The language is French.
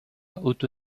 haute